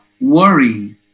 worry